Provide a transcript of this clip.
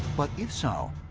but if so,